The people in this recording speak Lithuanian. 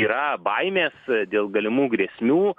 yra baimės dėl galimų grėsmių